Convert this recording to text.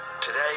Today